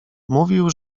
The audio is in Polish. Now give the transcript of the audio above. mówił